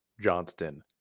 Johnston